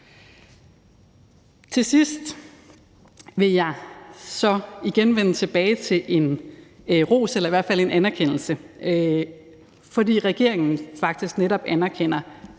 Til sidst vil jeg vende tilbage til en ros, eller i hvert fald en anerkendelse, fordi regeringen faktisk netop anerkender